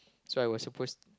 so I was supposed